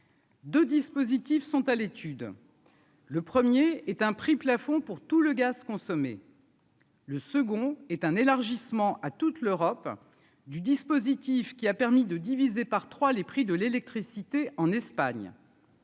2 dispositifs sont à l'étude. Le 1er est un prix plafond pour tout le gaz consommé. Le second est un élargissement à toute l'Europe du dispositif qui a permis de diviser par 3 les prix de l'électricité en Espagne.